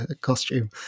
costume